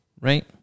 right